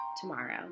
tomorrow